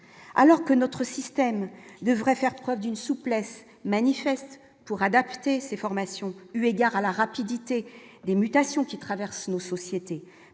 alors que notre système devrait faire preuve d'une souplesse manifeste pour adapter ses formations, eu égard à la rapidité des mutations qui traversent nos sociétés